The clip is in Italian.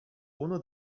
uno